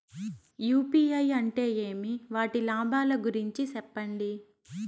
UPI అంటే ఏమి? వాటి లాభాల గురించి సెప్పండి?